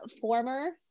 former